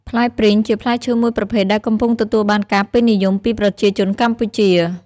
ផ្លែព្រីង ជាផ្លែឈើមួយប្រភេទដែលកំពុងទទួលបានការពេញនិយមពីប្រជាជនកម្ពុជា។